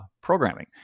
programming